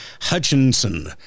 hutchinson